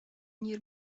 gnir